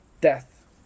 death